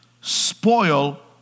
spoil